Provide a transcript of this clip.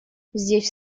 здесь